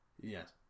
Yes